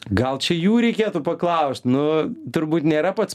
gal čia jų reikėtų paklaust nu turbūt nėra pats